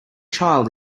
child